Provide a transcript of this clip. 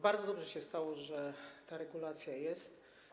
Bardzo dobrze się stało, że ta regulacja jest.